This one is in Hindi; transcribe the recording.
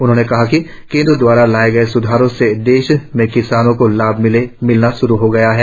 उन्होंने कहा कि केंद्र द्वारा लाए गए स्धारों से देश में किसानों को लाभ मिलना श्रू हो गया है